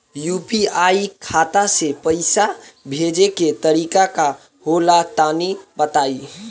UPI खाता से पइसा भेजे के तरीका का होला तनि बताईं?